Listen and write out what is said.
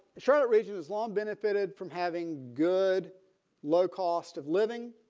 charlotte region has long benefited from having good low cost of living.